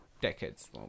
decades